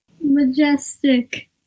majestic